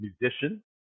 musician